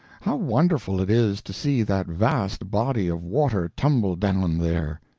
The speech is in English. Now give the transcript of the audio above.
how wonderful it is to see that vast body of water tumble down there!